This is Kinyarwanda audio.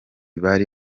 bari